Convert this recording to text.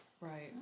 Right